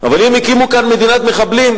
אבל אם הקימו כאן מדינת מחבלים,